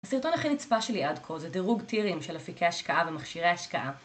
הסרטון הכי נצפה שלי עד כה זה דירוג tier-ים של אפיקי השקעה ומכשירי השקעה.